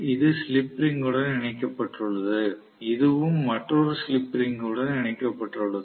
இது ஸ்லிப் ரிங்குடன் இணைக்கப்பட்டுள்ளது இதுவும் மற்றொரு ஸ்லிப் ரிங்குடன் இணைக்கப்பட்டுள்ளது